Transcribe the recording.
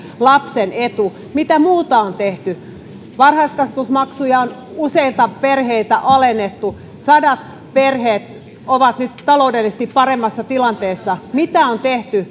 lapsen etu mitä muuta on tehty varhaiskasvatusmaksuja on useilta perheiltä alennettu ja sadat perheet ovat nyt taloudellisesti paremmassa tilanteessa mitä on tehty